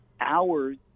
hours